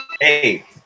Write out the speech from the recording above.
hey